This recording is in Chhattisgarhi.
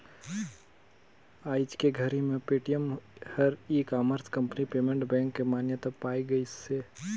आयज के घरी मे पेटीएम हर e-commerce company payment bank के मान्यता पाए गइसे